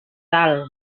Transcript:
dalt